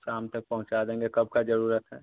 शाम तक पहुँचा देंगे कब का ज़रूरत है